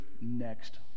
next